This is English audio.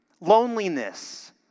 loneliness